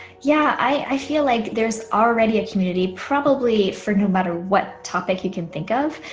yeah i feel like there's already a community, probably for no matter what topic you can think of.